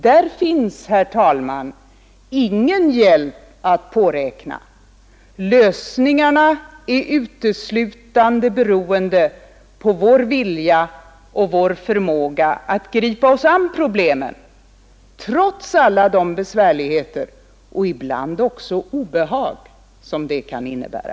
Där finns, herr talman, ingen hjälp att påräkna; lösningarna är uteslutande beroende på vår vilja och vår förmåga att gripa oss an problemen trots alla de besvärligheter och ibland också obehag som det kan innebära.